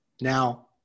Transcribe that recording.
Now